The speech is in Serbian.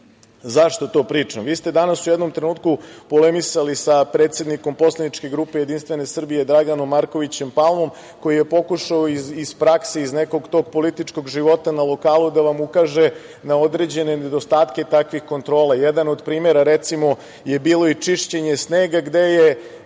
to pričam? Vi ste danas u jednom trenutku polemisali sa predsednikom poslaničke grupe JS, Draganom Markovićem Palmom, koji je pokušao iz prakse, iz nekog tog političkog života na lokalu da vam ukaže na određene nedostatke tih kontrola. Jedan od primera je, recimo, bilo i čišćenje snega, gde je